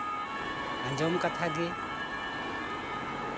ᱟᱸᱡᱚᱢ ᱠᱟᱛᱷᱟ ᱜᱮ